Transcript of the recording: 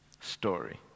story